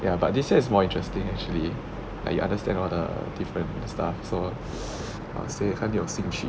ya but this year is more interesting actually like you understand all the different stuff so I'll say 很有兴趣